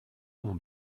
mon